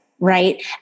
right